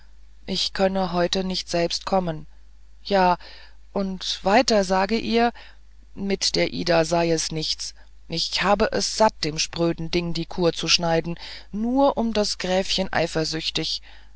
ich könne heute nicht selbst kommen ja und weiter sage ihr mit der ida sei es nichts ich habe es satt dem spröden ding die cour zu schneiden nur um das gräfchen